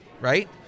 right